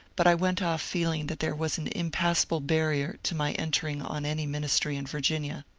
but i went off feeling that there was an impassable barrier to my entering on any ministry in virginia.